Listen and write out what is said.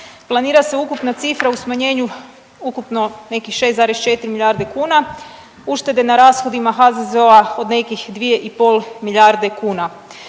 planira se ukupna cifra u smanjenju ukupno nekih 6,4 milijarde kuna, uštede na rashodima HZZO od nekih 2,5 milijarde kuna.